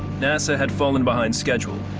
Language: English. nasa had fallen behind schedule,